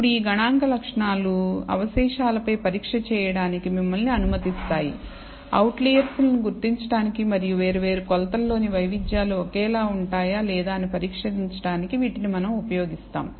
ఇప్పుడు ఈ గణాంక లక్షణాలు అవశేషాలపై పరీక్ష చేయడానికి మిమ్మల్ని అనుమతిస్తాయి అవుట్లెయిర్లను గుర్తించడానికి మరియు వేర్వేరు కొలతలలోని వైవిధ్యాలు ఒకేలా ఉంటాయా లేదా అని పరీక్షించడానికి వీటిని మనం ఉపయోగిస్తాం